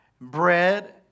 bread